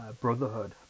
Brotherhood